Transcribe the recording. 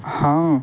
ہاں